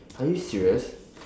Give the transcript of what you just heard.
are you serious